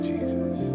Jesus